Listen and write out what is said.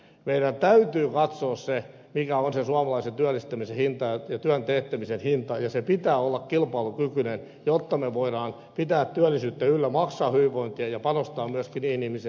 meidän täytyy katsoa se mikä on se suomalaisen työllistymisen hinta ja työn teettämisen hinta ja sen pitää olla kilpailukykyinen jotta me voimme pitää työllisyyttä yllä maksaa hyvinvointia ja panostaa myöskin niihin ihmisiin jotka tarvitsevat apua